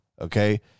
Okay